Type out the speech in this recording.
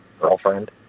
girlfriend